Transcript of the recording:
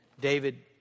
David